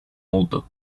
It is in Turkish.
oldu